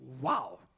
Wow